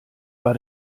war